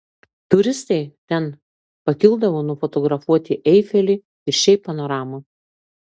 turistai ten pakildavo nufotografuoti eifelį ir šiaip panoramą